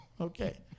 okay